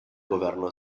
governo